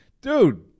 dude